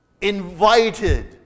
invited